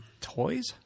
toys